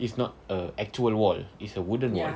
it's not a actual wall it's a wooden wall